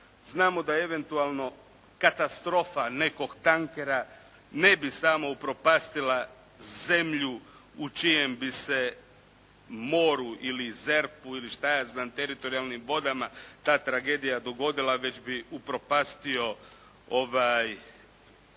znamo da eventualno katastrofa nekog tankera ne bi samo upropastila zemlju u čijem bi se moru ili ZERP-u ili šta ja znam teritorijalnim vodama ta tragedija dogodila, već bi upropastio